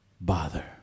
bother